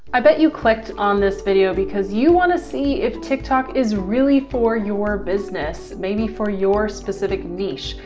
i bet you clicked on this video because you want to see if tiktok is really for your business, maybe for your specific niche.